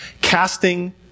casting